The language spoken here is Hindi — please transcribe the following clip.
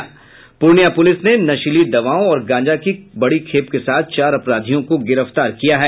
पूर्णिया पुलिस ने नशीली दवाओं और गांजा की बड़ी खेप के साथ चार अपराधियों को गिरफ्तार किया है